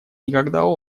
никогда